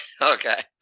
Okay